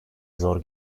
zor